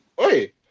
Oi